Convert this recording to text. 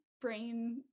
brain